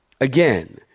again